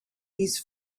his